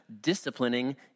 disciplining